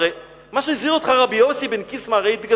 הרי מה שהזהיר אותך רבי יוסי בן קיסמא התגשם.